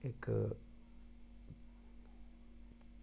इक्क